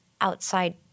outside